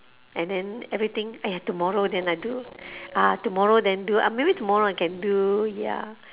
and then everything !aiya! tomorrow then I do ah tomorrow then do ah maybe tomorrow I can do ya